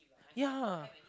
ya